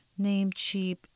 Namecheap